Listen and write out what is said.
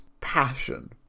passion